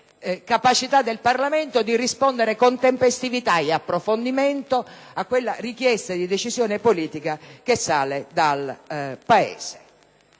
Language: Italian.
capacità del Parlamento di rispondere con tempestività ed approfondimento alla richiesta di decisione politica che sale dal Paese.